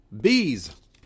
bees